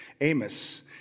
Amos